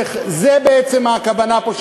זו בעצם הכוונה פה,